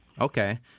Okay